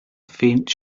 faint